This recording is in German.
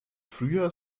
frühjahr